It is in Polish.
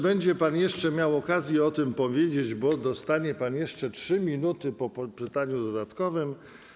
Będzie pan jeszcze miał okazję o tym powiedzieć, bo dostanie pan 3 minuty po pytaniu dodatkowym.